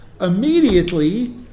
Immediately